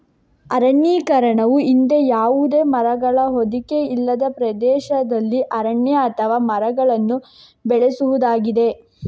ಅರಣ್ಯೀಕರಣವು ಹಿಂದೆ ಯಾವುದೇ ಮರಗಳ ಹೊದಿಕೆ ಇಲ್ಲದ ಪ್ರದೇಶದಲ್ಲಿ ಅರಣ್ಯ ಅಥವಾ ಮರಗಳನ್ನು ಬೆಳೆಸುವುದಾಗಿದೆ